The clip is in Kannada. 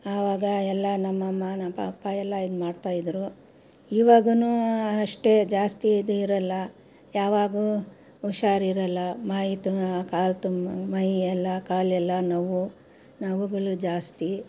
ಆವಾಗ ಎಲ್ಲ ನಮ್ಮಅಮ್ಮ ನಮ್ಮ ಪಪ್ಪ ಎಲ್ಲ ಇದು ಮಾಡ್ತಾಯಿದ್ರು ಇವಾಗು ಅಷ್ಟೇ ಜಾಸ್ತಿ ಇದು ಇರಲ್ಲ ಯಾವಾಗೂ ಹುಷಾರಿರಲ್ಲ ಮೈ ತು ಕಾಲು ತುಂಬ ಮೈಯೆಲ್ಲ ಕಾಲೆಲ್ಲ ನೋವ್ವು ನೋವ್ವುಗಳು ಜಾಸ್ತಿ